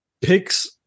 picks